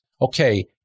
okay